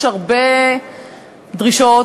יש הרבה דרישות